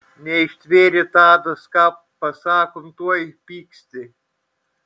neištvėrė tadas ką pasakom tuoj pyksti